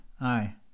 aye